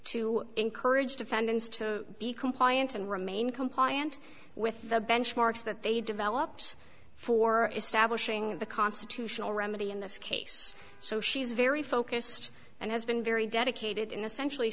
to encourage defendants to be compliant and remain compliant with the benchmarks that they develops for establishing the constitutional remedy in this case so she's very focused and has been very dedicated in essentially